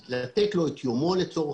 זה הכול.